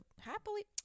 happily